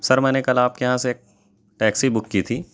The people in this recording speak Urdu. سر میں نے کل آپ کے یہاں سے ایک ٹیکسی بک کی تھی